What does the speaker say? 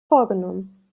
vorgenommen